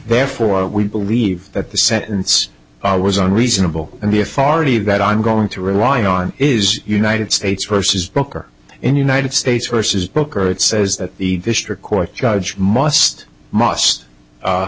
therefore we believe that the sentence i was on reasonable and the authority that i'm going to rely on is united states versus booker in united states versus booker it says that the district court judge must must